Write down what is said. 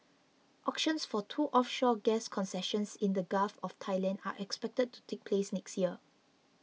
auctions for two offshore gas concessions in the Gulf of Thailand are expected to take place next year